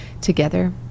together